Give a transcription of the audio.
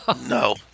no